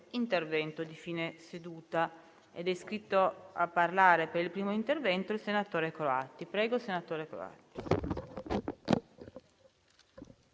Grazie,